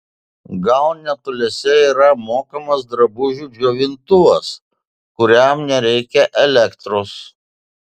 gal netoliese yra mokamas drabužių džiovintuvas kuriam nereikia elektros